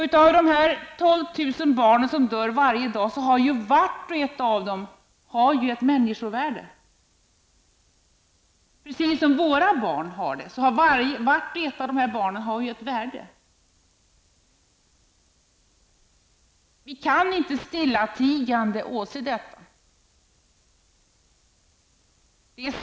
Vart och ett av de 12 000 barnen som dör varje dag i Afrika har ju ett människovärde, precis som våra barn. Vi kan inte stillatigande åse denna katastrof.